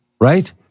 Right